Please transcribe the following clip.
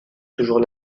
toujours